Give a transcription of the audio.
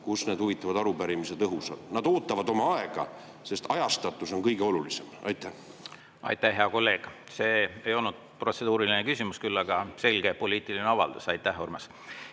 kus need huvitavad arupärimised õhus on. Nad ootavad oma aega, sest ajastatus on kõige olulisem. Aitäh, hea kolleeg! See ei olnud protseduuriline küsimus, küll aga selge poliitiline avaldus. Aitäh, Urmas! Head